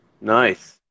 nice